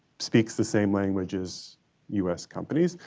speaks the same language as us companies,